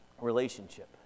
relationship